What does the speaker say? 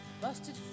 Busted